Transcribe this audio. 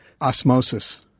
osmosis